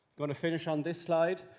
want to finish on this slide.